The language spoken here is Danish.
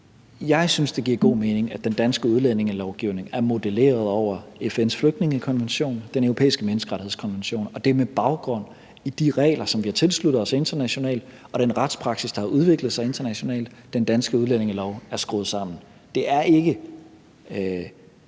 Jeg synes, det giver god mening, at den danske udlændingelovgivning er modelleret over FN's flygtningekonvention og Den Europæiske Menneskerettighedskonvention, og det er med baggrund i de regler, som vi har tilsluttet os internationalt, og den retspraksis, der har udviklet sig internationalt, at den danske udlændingelovgivning er skruet sammen. Det er ikke